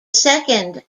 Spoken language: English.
second